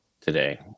today